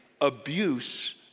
abuse